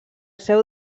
seu